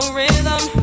rhythm